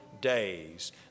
days